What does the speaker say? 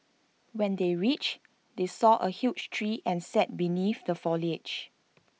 when they reached they saw A huge tree and sat beneath the foliage